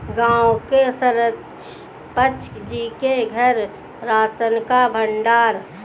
गांव के सरपंच जी के घर राशन का भंडार है